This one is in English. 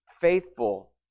faithful